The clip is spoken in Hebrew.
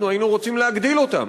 אנחנו היינו רוצים להגדיל אותם.